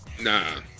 Nah